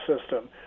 system